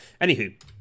anywho